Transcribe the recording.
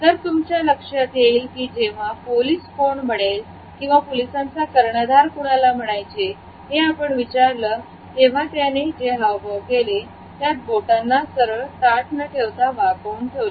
तर तुमच्या लक्षात येईल की जेव्हा पोलीस कोण बनेल किंवा पोलिसाचा कर्णधार कुणाला म्हणायचे आहे हे आपण विचारलं तेव्हा याने जे हावभाव केले त्यात बोटांना सरळ ताठ न ठेवता वाकवून ठेवले